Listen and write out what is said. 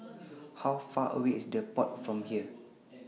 How Far away IS The Pod from here